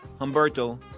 Humberto